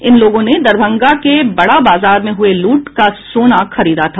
इन लोगों ने दरभंगा के बड़ा बाजार में हुए लूट का सोना खरीदा था